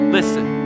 Listen